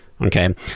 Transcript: okay